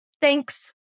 Thanks